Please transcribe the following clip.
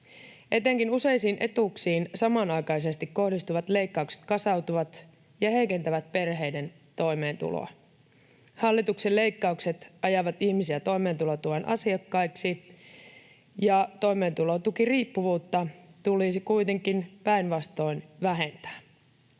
Etenkin useisiin etuuksiin samanaikaisesti kohdistuvat leikkaukset kasautuvat ja heikentävät perheiden toimeentuloa. Hallituksen leikkaukset ajavat ihmisiä toimeentulotuen asiakkaiksi, ja toimeentulotukiriippuvuutta tulisi kuitenkin päinvastoin vähentää.